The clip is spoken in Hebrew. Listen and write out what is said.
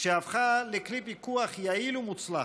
שהפכה לכלי פיקוח יעיל ומוצלח.